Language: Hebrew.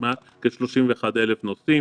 כ-31,000 נוסעים,